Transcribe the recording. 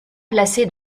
placé